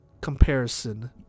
comparison